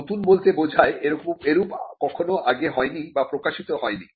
নতুন বলতে বোঝায় এরূপ কখনো আগে হয় নি বা প্রকাশিত হয় নি